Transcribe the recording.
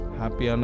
happy